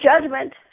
judgment